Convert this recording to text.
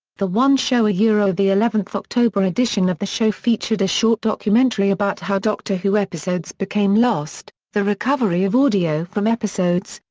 the one show yeah the eleven october edition of the show featured a short documentary about how doctor who episodes became lost, the recovery of audio from episodes,